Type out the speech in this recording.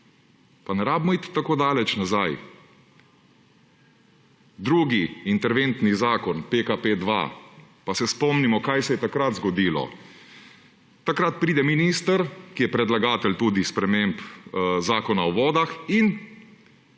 Pa ne rabimo iti tako daleč nazaj. Drugi interventni zakon, PKP2 ‒ pa se spomnimo, kaj se je takrat zgodilo! Takrat pride minister, ki je predlagatelj tudi sprememb Zakona o vodah in